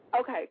Okay